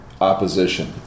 opposition